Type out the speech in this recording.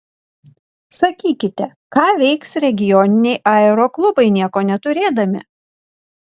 sakykite ką veiks regioniniai aeroklubai nieko neturėdami